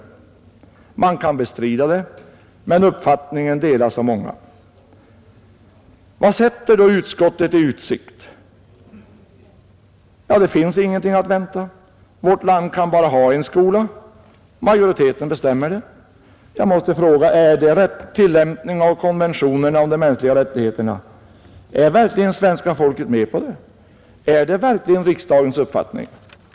Man kan bestrida det, men uppfattningen delas av många. Vad ställer då utskottet i utsikt? Ja, det finns ingenting att vänta. Vårt land kan bara ha en skola. Majoriteten bestämmer det. Jag måste fråga om det är en riktig tillämpning av konventionen om de mänskliga rättigheterna. Är verkligen svenska folket med på det? Är det verkligen riksdagens uppfattning?